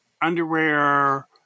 underwear